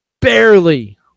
barely